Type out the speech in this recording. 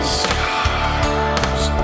scars